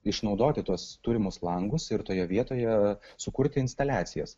išnaudoti tuos turimus langus ir toje vietoje sukurti instaliacijas